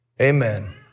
Amen